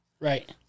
Right